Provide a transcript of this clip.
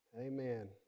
amen